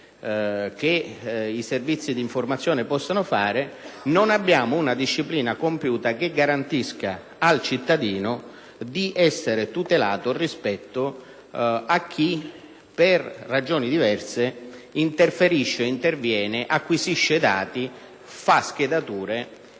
che i Servizi di informazione possono perpetrare; non disponiamo però di una disciplina compiuta che garantisca al cittadino di essere tutelato rispetto a chi, per ragioni diverse, interferisce, interviene, acquisisce dati, realizza schedature